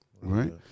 right